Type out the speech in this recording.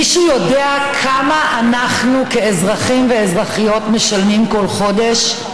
מישהו יודע כמה אנחנו כאזרחים ואזרחיות משלמים כל חודש?